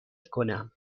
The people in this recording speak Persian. کنم